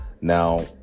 Now